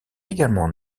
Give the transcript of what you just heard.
également